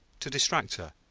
to distract her,